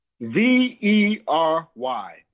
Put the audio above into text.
V-E-R-Y